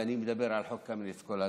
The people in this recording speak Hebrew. ואני מדבר על חוק קמיניץ כל הזמן,